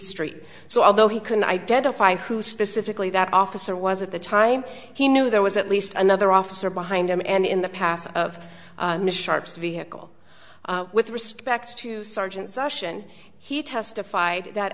street so although he couldn't identify who specifically that officer was at the time he knew there was at least another officer behind him and in the path of sharpe's vehicle with respect to sergeant session he testified that